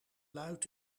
luid